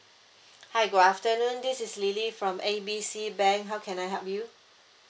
hi good afternoon this is lily from A B C bank how can I help you